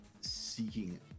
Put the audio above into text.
seeking